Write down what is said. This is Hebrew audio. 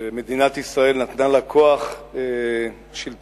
שמדינת ישראל נתנה לה כוח שלטוני,